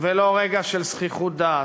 ולא רגע של זחיחות דעת.